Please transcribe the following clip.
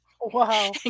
Wow